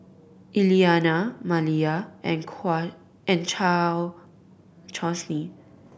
Elianna Maliyah and and